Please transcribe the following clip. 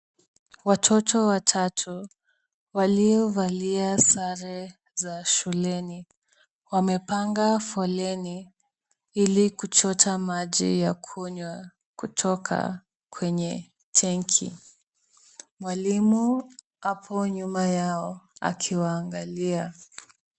Watoto watatu waliovalia sare za shuleni, wamepanga foleni ili kuchota maji ya kunywa kutoka kwenye tenki. Mwalimu apo nyuma yao akiwaangalia.